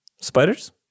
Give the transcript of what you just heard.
spiders